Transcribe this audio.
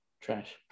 Trash